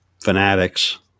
fanatics